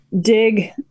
dig